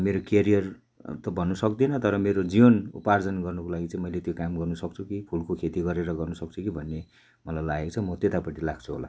मेरो करियर त भन्नु सक्दिनँ तर मेरो जीवन उपार्जन गर्नुको लागि चाहिँ मैले त्यो काम गर्नु सक्छु कि फुलको खेती गरेर गर्नु सक्छु कि भन्ने मलाई लागेको छ म त्यतापट्टि लाग्छु होला